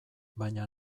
baina